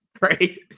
Right